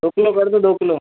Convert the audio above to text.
दो किलो कर दो दो किलो